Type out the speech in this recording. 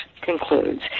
concludes